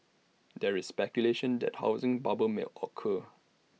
there is speculation that A housing bubble may occur